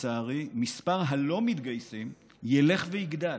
לצערי מספר הלא-מתגייסים ילך ויגדל,